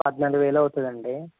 పద్నాలుగు వేలవుతుందండి